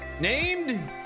Named